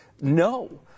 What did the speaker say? no